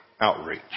outreach